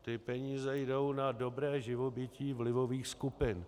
Ty peníze jdou na dobré živobytí vlivových skupin.